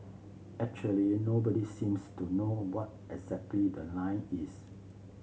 actually nobody seems to know what exactly the line is